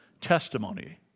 testimony